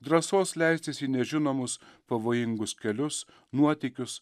drąsos leistis į nežinomus pavojingus kelius nuotykius